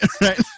right